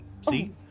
see